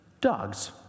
dogs